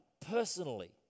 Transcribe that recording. personally